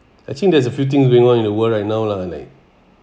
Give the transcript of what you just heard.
I think there's a few thing going on in the world right now lah like